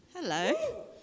hello